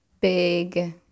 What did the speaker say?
big